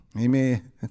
Amen